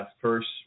first